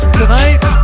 tonight